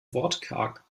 wortkarg